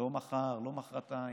לא מחר, לא מוחרתיים,